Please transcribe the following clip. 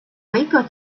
waco